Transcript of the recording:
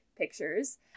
pictures